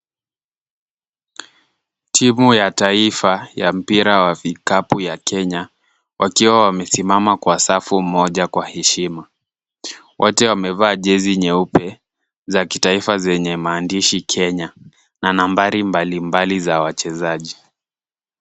Timu ya taifa ya mpira wa vikapu ya Kenya, wakiwa wamesimama kwa safu moja kwa heshima. Wote wamevaa jezi nyeupe za kitaifa zenye maandishi Kenya na nambari mbali mbali za wachezaji.